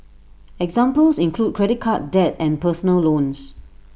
examples include credit card debt and personal loans